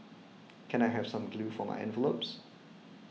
can I have some glue for my envelopes